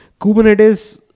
Kubernetes